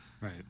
Right